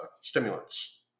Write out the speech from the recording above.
stimulants